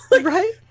Right